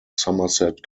somerset